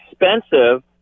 expensive